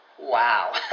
Wow